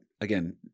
again